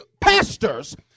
pastors